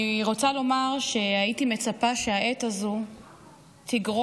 אני רוצה לומר שהייתי מצפה שהעת הזו תגרום,